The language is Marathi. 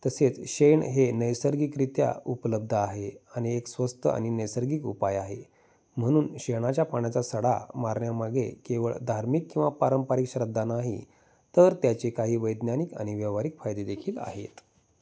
तसेच शेण हे नैसर्गिकरित्या उपलब्ध आहे आणि एक स्वस्त आणि नैसर्गिक उपाय आहे म्हणून शेणाच्या पाण्याचा सडा मारण्यामागे केवळ धार्मिक किंवा पारंपरिक श्रद्धा नाही तर त्याचे काही वैज्ञानिक आणि व्यावहारिक फायदे देखील आहेत